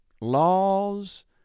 laws